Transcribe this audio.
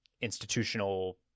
institutional